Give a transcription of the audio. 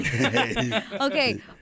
Okay